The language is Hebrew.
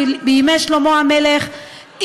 בימי שלמה המלך,